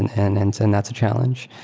and and and so and that's a challenge.